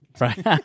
Right